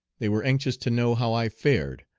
they were anxious to know how i fared,